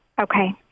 Okay